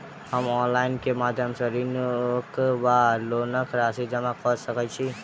हम ऑनलाइन केँ माध्यम सँ ऋणक वा लोनक राशि जमा कऽ सकैत छी?